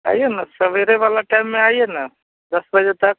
आइए ना सवेरे वाले टाइम में आइए ना दस बजे तक